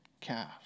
calf